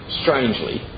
strangely